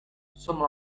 sono